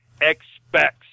expects